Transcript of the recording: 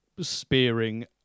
spearing